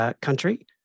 Country